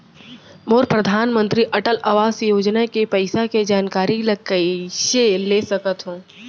मोर परधानमंतरी अटल आवास योजना के पइसा के जानकारी ल कइसे ले सकत हो?